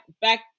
back